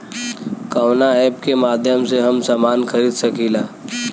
कवना ऐपके माध्यम से हम समान खरीद सकीला?